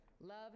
love